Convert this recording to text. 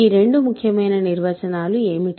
ఈ రెండు ముఖ్యమైన నిర్వచనాలు ఏమిటి